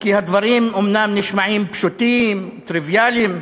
כי הדברים אומנם נשמעים פשוטים, טריוויאליים,